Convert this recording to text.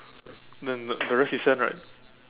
then the rest is sand right